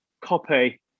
copy